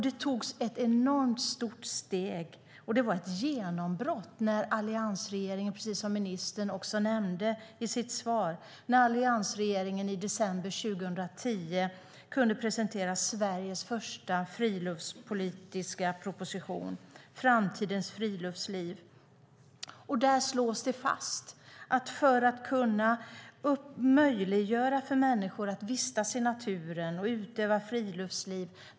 Det togs ett enormt stort steg - det var ett genombrott - när alliansregeringen, precis som ministern nämnde i sitt svar, i december 2010 presenterade Sveriges första friluftspolitiska proposition Framtidens friluftsliv . Där slås det fast att allemansrätten är grundläggande för att möjliggöra för människor att vistas i naturen och utöva friluftsliv.